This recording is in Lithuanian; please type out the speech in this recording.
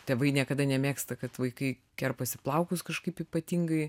tėvai niekada nemėgsta kad vaikai kerpasi plaukus kažkaip ypatingai